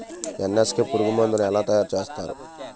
NSK పురుగు మందు ను ఎలా తయారు చేస్తారు?